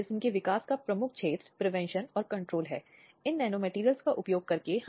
इसलिए कानून के तहत हिरासत में बलात्कार अपराध के उग्र रूपों में से एक है